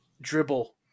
dribble